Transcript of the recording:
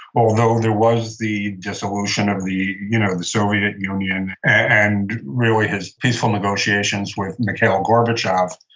although there was the dissolution of the you know the soviet union, and really, his peaceful negotiations with mikael gorbachev.